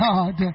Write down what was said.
God